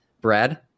Brad